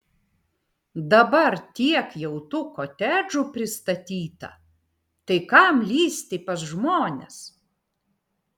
dabar tiek jau tų kotedžų pristatyta tai kam lįsti pas žmones